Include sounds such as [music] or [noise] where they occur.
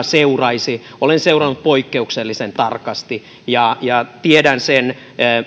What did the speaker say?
[unintelligible] seuraisi että olen seurannut tätä poikkeuksellisen tarkasti ja ja tiedän